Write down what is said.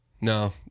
No